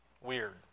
weird